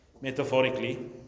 metaphorically